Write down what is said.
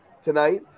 tonight